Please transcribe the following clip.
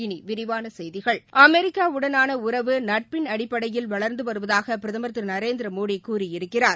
இனி விரிவான செய்திகள் அமெரிக்காவுடனான உறவு நட்பின் அடிப்படையில் வள்ந்து வருவதாக பிரதமர் திரு நரேந்திரமோடி கூறியிருக்கிறார்